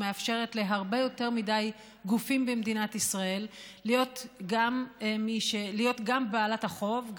היא מאפשרת להרבה יותר מדי גופים במדינת ישראל להיות גם בעלת החוב,